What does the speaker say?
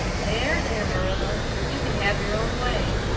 there, there, marilla, you can have your own way,